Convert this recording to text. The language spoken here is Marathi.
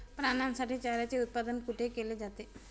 प्राण्यांसाठी चाऱ्याचे उत्पादन कुठे केले जाते?